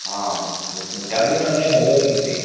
ହଁ ସେଇ ପାଇଁ ଡାଲି ନହେଲେ ହେବ କେମିତି